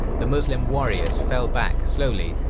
the muslim warriors fell back slowly,